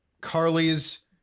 Carly's